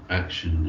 action